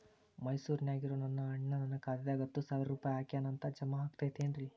ಮೈಸೂರ್ ನ್ಯಾಗ್ ಇರೋ ನನ್ನ ಅಣ್ಣ ನನ್ನ ಖಾತೆದಾಗ್ ಹತ್ತು ಸಾವಿರ ರೂಪಾಯಿ ಹಾಕ್ಯಾನ್ ಅಂತ, ಜಮಾ ಆಗೈತೇನ್ರೇ?